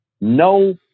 no